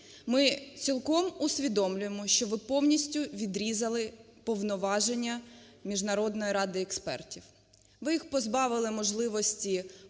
Ми цілком усвідомлюємо, що ви повністю відрізали повноваження Міжнародної ради експертів. Ви їх позбавили можливості